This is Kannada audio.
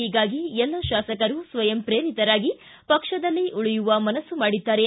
ಹೀಗಾಗಿ ಎಲ್ಲ ಶಾಸಕರು ಸ್ವಯಂ ಪ್ರೇರಿತರಾಗಿ ಪಕ್ಷದಲ್ಲೇ ಉಳಿಯುವ ಮನಸ್ನು ಮಾಡಿದ್ದಾರೆ